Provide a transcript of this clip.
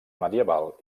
medieval